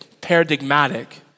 paradigmatic